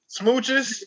smooches